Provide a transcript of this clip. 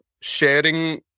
sharing